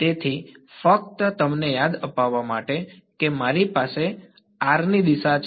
તેથી ફક્ત તમને યાદ અપાવવા માટે કે આ મારી ની દિશા છે